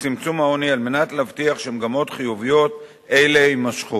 לצמצום העוני על מנת להבטיח שמגמות חיוביות אלו יימשכו.